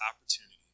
opportunity